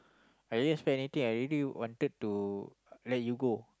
I didn't spend anything I really wanted to let you go